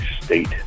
state